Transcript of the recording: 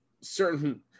certain